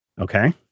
Okay